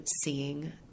seeing